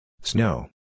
Snow